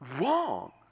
wrong